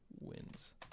wins